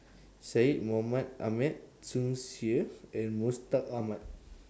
Syed Mohamed Ahmed Tsung Yeh and Mustaq Ahmad